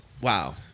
wow